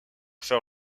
faire